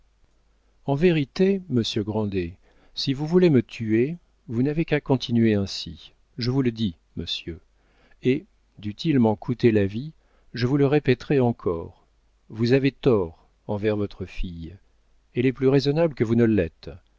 en vérité monsieur grandet si vous voulez me tuer vous n'avez qu'à continuer ainsi je vous le dis monsieur et dût-il m'en coûter la vie je vous le répéterais encore vous avez tort envers votre fille elle est plus raisonnable que vous ne l'êtes